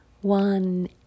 one